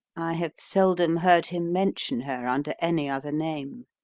have seldom heard him mention her under any other name.